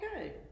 Okay